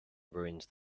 ruins